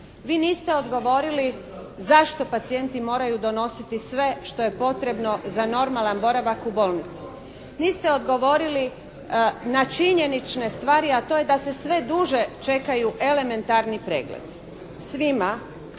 Vi niste odgovorili zašto pacijenti moraju donositi sve što je potrebno za normalan boravak u bolnici. Niste odgovorili na činjenične stvari a to je da se sve duže čekaju elementarni pregledi.